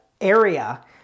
area